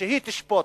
שהיא תשפוט.